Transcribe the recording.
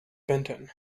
benton